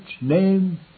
name